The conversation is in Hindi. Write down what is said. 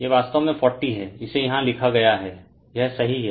यह वास्तव में 40 है इसे यहाँ लिखा गया है यह सही है